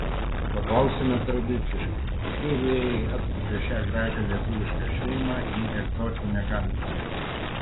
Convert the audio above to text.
paklausime tradiciškai kokie vėjai atpūtė šią gražią lietuvišką šeimą į egzotinę gambiją